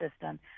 system